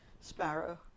sparrow